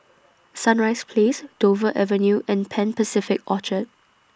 Sunrise Place Dover Avenue and Pan Pacific Orchard